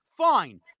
Fine